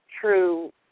true